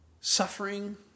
Suffering